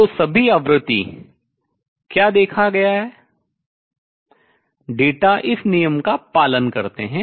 तो सभी आवृत्ति क्या देखा गया डेटा इस नियम का पालन करते है